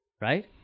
right